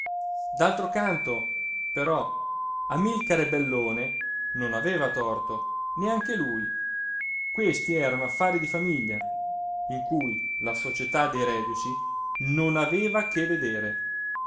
d'altro canto però amilcare bellone non aveva torto neanche lui questi erano affari di famiglia in cui la società dei reduci non aveva che vedere